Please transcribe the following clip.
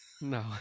no